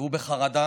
והוא בחרדה.